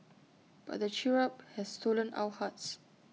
but the cherub has stolen our hearts